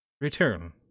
return